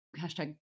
hashtag